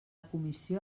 comissió